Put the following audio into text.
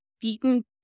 beaten